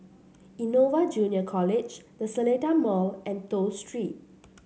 Innova Junior College The Seletar Mall and Toh Street